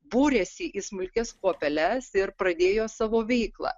būrėsi į smulkias kuopeles ir pradėjo savo veiklą